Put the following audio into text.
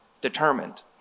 determined